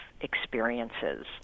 experiences